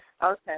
Okay